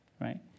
right